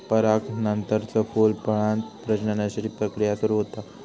परागनानंतरच फूल, फळांत प्रजननाची प्रक्रिया सुरू होता